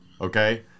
Okay